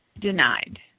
denied